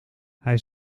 hij